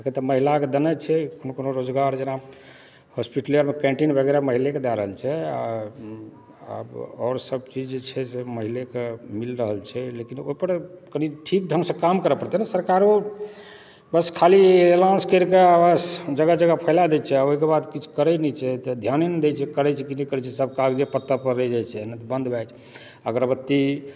से तऽ महिलाकेँदेने छै कोनो कोनो रोजगार जेना हॉस्पलिटले मे कैण्टीन वगैरह महिलेके दए रहल छै आओर सब चीज जे छै से महिलेके मिलि रहल छै लेकिन ओकर कनि ठीक ढङ्गसँ काम करै पड़तै ने सरकारो बस खाली अनाउन्स करि कऽ बस जगह जगह फैला दैत छै आओर ओहिके बाद किछु करै नहि छै तऽ ध्याने नहि दैत छै करै छै की नहि करै छै सब कागजे पत्रपर रहि जाइत छै ताहिमे बन्द भए जाइत छै अगरबत्ती